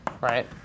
right